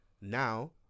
now